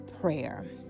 prayer